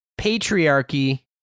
Patriarchy